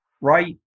right